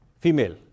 female